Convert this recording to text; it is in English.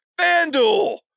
FanDuel